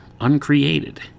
uncreated